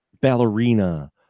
ballerina